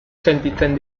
sentitzen